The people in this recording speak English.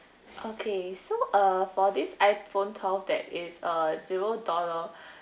okay so uh for this iPhone twelve that is uh zero dollar